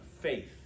faith